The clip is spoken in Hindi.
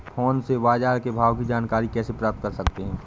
फोन से बाजार के भाव की जानकारी कैसे प्राप्त कर सकते हैं?